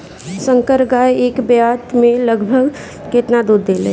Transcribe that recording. संकर गाय एक ब्यात में लगभग केतना दूध देले?